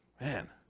man